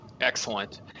Excellent